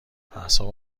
اعصابم